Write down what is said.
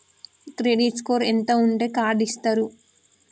Credit score ఎంత ఉంటే card ఇస్తారు?